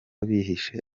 bihishe